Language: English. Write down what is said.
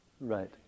Right